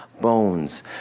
bones